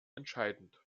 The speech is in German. entscheidend